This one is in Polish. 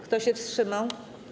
Kto się wstrzymał?